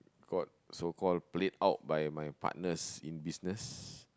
so call so called played out by my partners in business